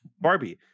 Barbie